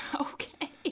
Okay